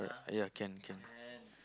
ya can can